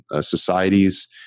societies